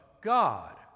God